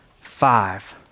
five